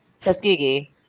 Tuskegee